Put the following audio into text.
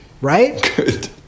Right